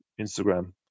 instagram